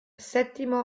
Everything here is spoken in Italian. settimo